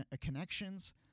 connections